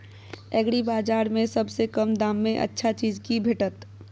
एग्रीबाजार में सबसे कम दाम में अच्छा चीज की भेटत?